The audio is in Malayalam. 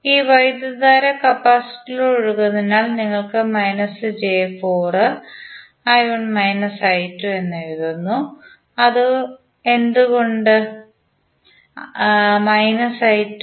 ഈ വൈദ്യുതധാര കപ്പാസിറ്ററിലൂടെ ഒഴുകുന്നതിനാൽ നിങ്ങൾ −j4 എഴുതുന്നു എന്തുകൊണ്ട് I2